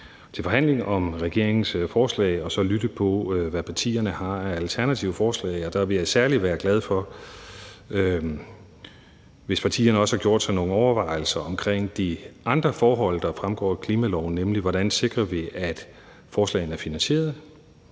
til forhandlinger om regeringens forslag – at lytte til, hvad partierne har af alternative forslag. Og der vil jeg særlig være glad, hvis partierne også har gjort sig nogle overvejelser omkring de andre forhold, der fremgår af klimaloven, nemlig hvordan vi sikrer, at forslagene er finansierede,